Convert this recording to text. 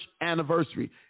anniversary